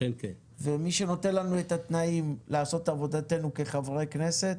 ומי שנותן לנו את התנאים לעשות את עבודתנו כחברי כנסת